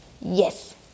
yes